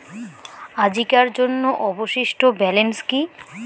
আজিকার জন্য অবশিষ্ট ব্যালেন্স কি?